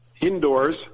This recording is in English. indoors